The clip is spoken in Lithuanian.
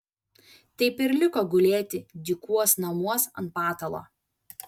taip ir liko gulėti dykuos namuos ant patalo